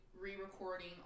re-recording